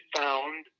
found